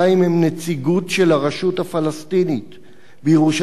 נציגות של הרשות הפלסטינית בירושלים,